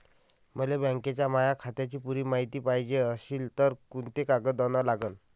मले बँकेच्या माया खात्याची पुरी मायती पायजे अशील तर कुंते कागद अन लागन?